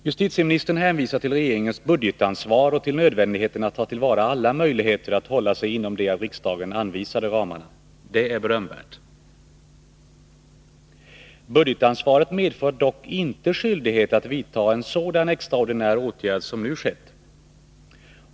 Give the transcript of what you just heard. Justitieministern hänvisar till regeringens budgetansvar och till nödvändigheten att ta till vara alla möjligheter att hålla sig inom de av riksdagen anvisade ramarna. Detta är berömvärt. Budgetansvaret medför dock inte en skyldighet att vidta en sådan extraordinär åtgärd som nu skett.